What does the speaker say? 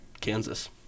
Kansas